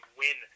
win